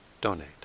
donate